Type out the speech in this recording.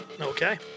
Okay